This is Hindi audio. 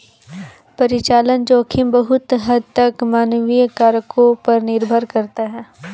परिचालन जोखिम बहुत हद तक मानवीय कारकों पर निर्भर करता है